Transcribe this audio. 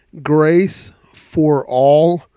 graceforall